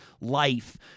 life